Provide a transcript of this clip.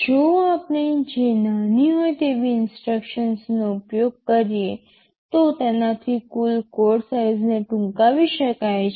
જો આપણે જે નાની હોય તેવી ઇન્સટ્રક્શન્સનો ઉપયોગ કરીએ તો તેનાથી કુલ કોડ સાઇઝને ટૂંકાવી શકાય છે